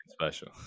special